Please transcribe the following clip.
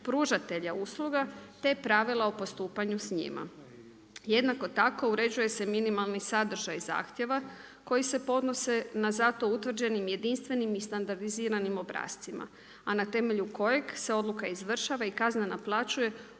pružatelja usluga te pravila o postupanju s njima. Jednako tako uređuje se minimalni sadržaj zahtjeva koji se podnose na zato utvrđenim i jedinstveni i standardiziranim obrascima, a na temelju kojeg se odluka izvršava i kazna naplaćuje